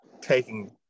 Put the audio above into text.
taking